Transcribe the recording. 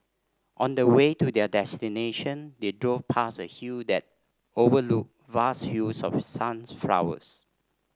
on the way to their destination they drove past a hill that overlooked vast fields of sunflowers